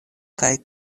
kaj